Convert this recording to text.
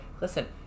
listen